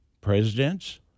presidents